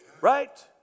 right